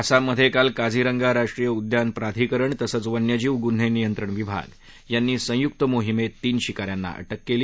आसाममधे काल काझीरंगा राष्ट्रीय उद्यान प्राधिकरण तसंच वन्यजीव गुन्हे नियंत्रण विभाग यांनी संयुक्त मोहिमेत तीन शिका यांना अटक केली